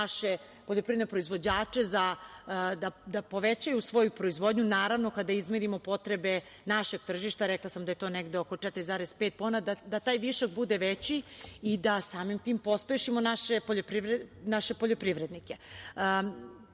naše poljoprivredne proizvođače da povećaju svoju proizvodnju, naravno kada izmirimo potrebe našeg tržišta, rekla sam da je to negde oko 4,5 i da taj višak bude veći i da samim tim pospešimo naše poljoprivrednike. Takođe